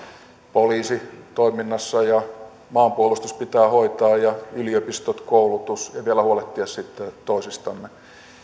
poliisi toiminnassa maanpuolustus pitää hoitaa sekä yliopistot ja koulutus ja vielä sitten pitää huolehtia toisistamme